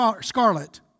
scarlet